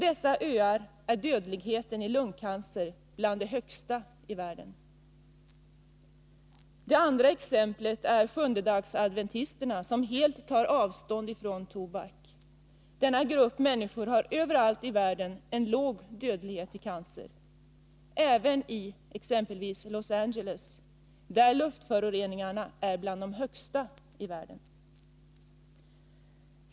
Dessa öar hör till de områden som har den högsta dödligheten i lungcancer i världen. Det andra exemplet är sjundedagsadventisterna som tar helt avstånd ifrån tobak. Denna grupp människor har överallt i världen en låg dödlighet i cancer, även i exempelvis Los Angeles, där luftföroreningarna är bland de högsta i världen.